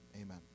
amen